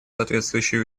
соответствующие